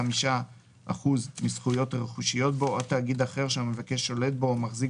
5% מהזכויות הרכושיות בו או תאגיד אחר שהמבקש שולט בו או מחזיק